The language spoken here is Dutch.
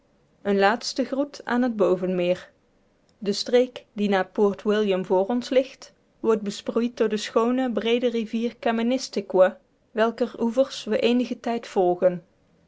een laatste groet aan het bovenmeer de streek die na port william voor ons ligt wordt besproeid door de schoone breede rivier kaministiquia welker oevers we eenigen tijd volgen